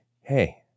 hey